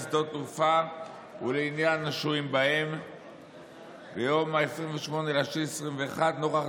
ועדת הכלכלה של הכנסת או ועדה אחרת שתוסמך לכך,